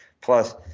plus